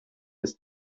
ist